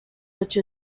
which